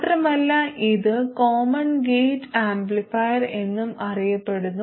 മാത്രമല്ല ഇത് common gate amplifier എന്നും അറിയപ്പെടുന്നു